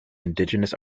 indigenous